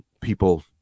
people